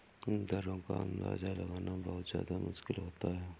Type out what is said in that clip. दरों का अंदाजा लगाना बहुत ज्यादा मुश्किल होता है